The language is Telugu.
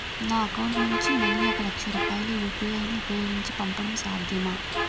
నా అకౌంట్ నుంచి మనీ ఒక లక్ష రూపాయలు యు.పి.ఐ ను ఉపయోగించి పంపడం సాధ్యమా?